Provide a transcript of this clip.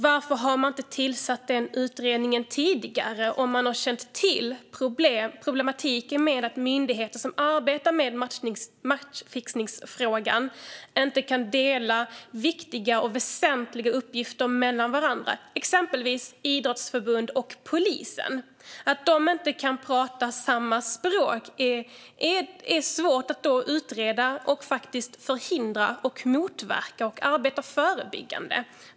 Varför har man inte tillsatt den utredningen tidigare, om man har känt till problematiken med att myndigheter som arbetar med matchfixningsfrågan inte kan dela viktiga och väsentliga uppgifter mellan varandra? Exempelvis kan idrottsförbunden och polisen inte prata samma språk. Då är det svårt att utreda, förhindra, motverka och arbeta förebyggande.